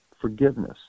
forgiveness